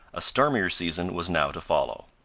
a stormier season was now to follow.